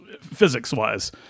physics-wise